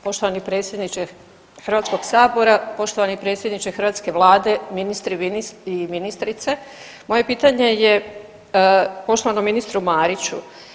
Poštovani predsjedniče Hrvatskog sabora, poštovani predsjedniče hrvatske Vlade, ministri i ministrice moje pitanje je poštovanom ministru Mariću.